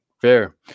Fair